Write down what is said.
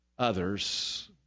others